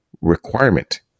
requirement